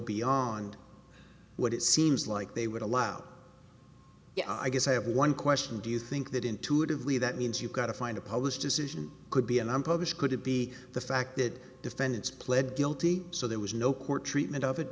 beyond what it seems like they would allow i guess i have one question do you think that intuitively that means you've got to find a published decision could be and i'm published could it be the fact that defendants pled guilty so there was no court treatment of it